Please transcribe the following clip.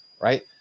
right